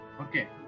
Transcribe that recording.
Okay